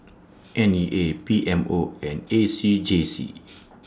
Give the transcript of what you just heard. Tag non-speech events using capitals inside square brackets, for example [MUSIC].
N E A P M O and A C J C [NOISE]